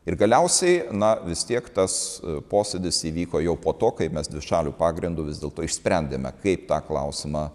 ir galiausiai na vis tiek tas posėdis įvyko jau po to kai mes dvišaliu pagrindu vis dėlto išsprendėme kaip tą klausimą